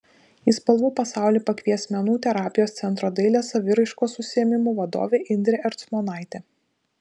į spalvų pasaulį pakvies menų terapijos centro dailės saviraiškos užsiėmimų vadovė indrė ercmonaitė